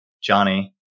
Johnny